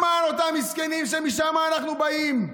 למען אותם מסכנים, שמשם אנחנו באים.